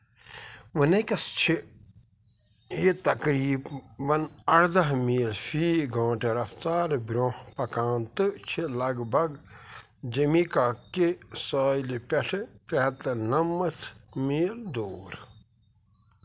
وُنٮ۪کیس چھُ یہِ تقریباً اَرداہ میٖل فی گٲنٹہٕ رفتارٕ برونٛہہ پکان تہٕ چھِ لگ بگ جمیکا کہ سٲیلہِ پیٹھٕ ترے ہَتھ تہٕ نَمَتھ میٖل دور